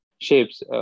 shapes